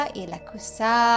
ilakusa